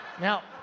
Now